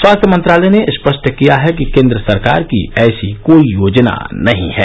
स्वास्थ्य मंत्रालय ने स्पष्ट किया है कि केन्द्र सरकार की ऐसी कोई योजना नहीं है